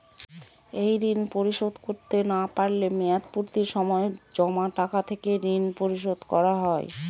এই ঋণ পরিশোধ করতে না পারলে মেয়াদপূর্তির সময় জমা টাকা থেকে ঋণ পরিশোধ করা হয়?